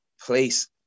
place